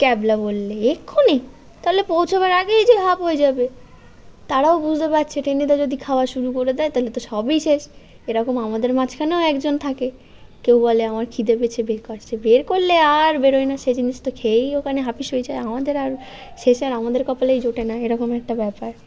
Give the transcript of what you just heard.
ক্যাবলা বললে এক্ষুনি তাহলে পৌঁছোবার আগেই যে হাফ হয়ে যাবে তারাও বুঝতে পারছে টেনিদা যদি খাওয়া শুরু করে দেয় তাহলে তো সবই শেষ এরকম আমাদের মাঝখানেও একজন থাকে কেউ বলে আমার খিদে পেয়েছে বের কর সে বের করলে আর বেরোয় না সে জিনিস তো খেয়েই ওখানে হাপিস হয়ে যায় আমাদের আর শেষে আর আমাদের কপালেই জোটে না এরকম একটা ব্যাপার